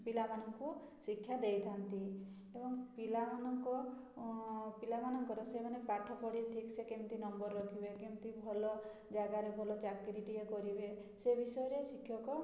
ପିଲାମାନଙ୍କୁ ଶିକ୍ଷା ଦେଇଥାନ୍ତି ଏବଂ ପିଲାମାନଙ୍କ ପିଲାମାନଙ୍କର ସେମାନେ ପାଠ ପଢ଼ି ଠିକ୍ ସେ କେମିତି ନମ୍ବର ରଖିବେ କେମିତି ଭଲ ଜାଗାରେ ଭଲ ଚାକିରୀଟିଏ କରିବେ ସେ ବିଷୟରେ ଶିକ୍ଷକ